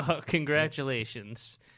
congratulations